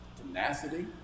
tenacity